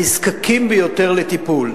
הנזקקים ביותר לטיפול.